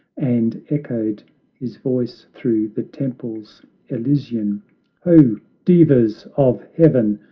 and echoed his voice through the temples elysian ho! devas of heaven,